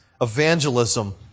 evangelism